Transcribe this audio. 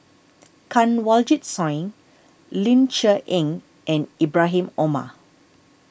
Kanwaljit Soin Ling Cher Eng and Ibrahim Omar